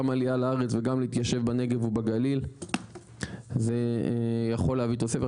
גם עלייה לארץ וגם להתיישב בנגב ובגליל זה יכול להביא תוספת.